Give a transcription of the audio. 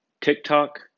TikTok